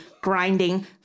grinding